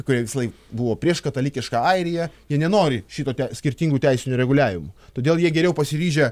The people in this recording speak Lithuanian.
kurie visąlaik buvo prieš katalikišką airiją jie nenori šito skirtingų teisinių reguliavimų todėl jie geriau pasiryžę